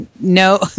no